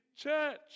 church